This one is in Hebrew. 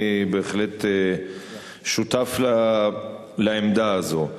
אני בהחלט שותף לעמדה הזאת.